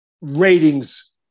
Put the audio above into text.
ratings